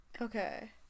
Okay